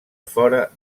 fora